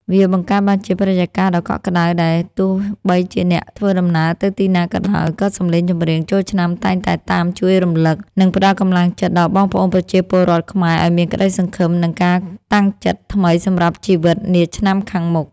វាបង្កើតបានជាបរិយាកាសដ៏កក់ក្តៅ ដែលទោះបីជាអ្នកធ្វើដំណើរទៅទីណាក៏ដោយ ក៏សម្លេងចម្រៀងចូលឆ្នាំតែងតែតាមជួយរំលឹក និងផ្ដល់កម្លាំងចិត្តដល់បងប្អូនប្រជាពលរដ្ឋខ្មែរឱ្យមានក្តីសង្ឃឹម និងការតាំងចិត្តថ្មីសម្រាប់ជីវិតនាឆ្នាំខាងមុខ។